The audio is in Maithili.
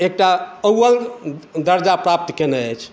एकटा अव्वल दर्जा प्राप्त केने अछि